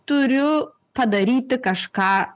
turiu padaryti kažką